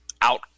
out